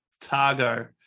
Targo